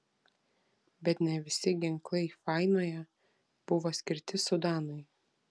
bet ne visi ginklai fainoje buvo skirti sudanui